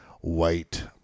white